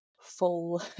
full